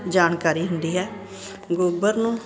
ਜਾਣਕਾਰੀ ਹੁੰਦੀ ਹੈ ਗੋਬਰ ਨੂੰ